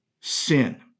sin